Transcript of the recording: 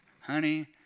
honey